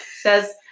says